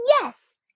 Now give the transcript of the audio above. yes